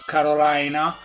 Carolina